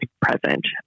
present